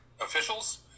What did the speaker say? officials